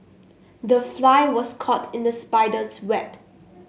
the fly was caught in the spider's web